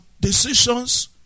decisions